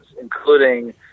including